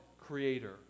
creator